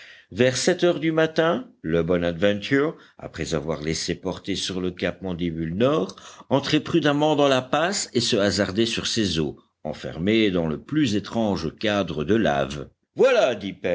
vers sept heures du matin le bonadventure après avoir laissé porter sur le cap mandibule nord entrait prudemment dans la passe et se hasardait sur ces eaux enfermées dans le plus étrange cadre de laves voilà